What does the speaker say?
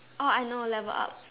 oh I know level up